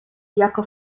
jako